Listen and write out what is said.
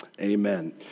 Amen